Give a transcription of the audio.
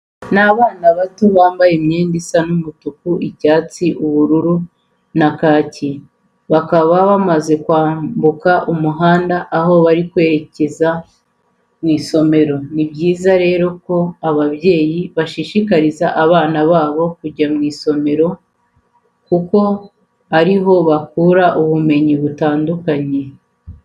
Ni abana bato bambaye imyenda isa umutuku, icyatsi, ubururu na kake, bakaba bamaze kwambuka umuhanda aho bari kwerekeza mu isomero. Ni byiza rero ko ababyeyi bashishikariza abana babo kujya mu isomore kuko ari ho bakura ubumenyi butandukanye.